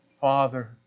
father